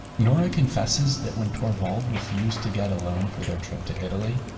nora confesses that when torvald refused to get a loan for their trip to italy,